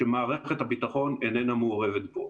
שמערכת הביטחון איננה מעורבת בו.